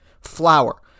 flour